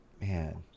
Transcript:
Man